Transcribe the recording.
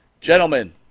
gentlemen